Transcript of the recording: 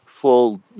full